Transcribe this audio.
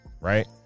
Right